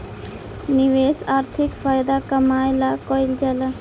निवेश आर्थिक फायदा कमाए ला कइल जाला